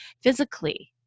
physically